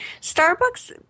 Starbucks